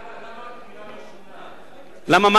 למה,